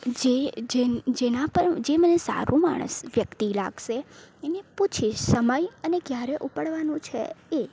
જે જે જેના પર જે મને સારું માણસ વ્યક્તિ લાગશે એને પૂછીશ સમય અને ક્યારે ઉપડવાનું છે એ